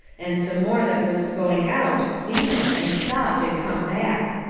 and some more that was going out seen it, and stopped and come back.